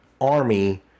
army